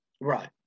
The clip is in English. Right